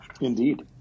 Indeed